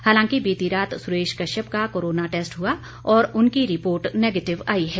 हालांकि बीती रात सुरेश कश्यप का कोरोना टेस्ट हुआ और उनकी रिपोर्ट नेगेटिव आई है